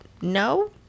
no